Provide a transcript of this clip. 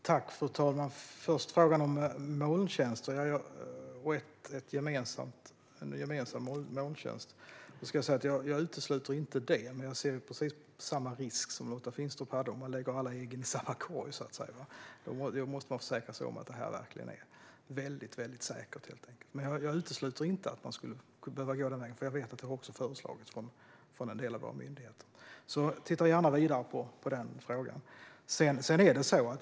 Fru talman! Jag vill börja med frågan om molntjänster och en gemensam molntjänst. Jag utesluter inte detta, men jag ser precis samma risk som Lotta Finstorp med att lägga alla ägg i samma korg. Då måste man försäkra sig om att detta verkligen är väldigt säkert. Jag utesluter dock inte att man kan behöva gå den vägen. Jag vet att detta har föreslagits från en del av våra myndigheter, och jag tittar gärna vidare på denna fråga.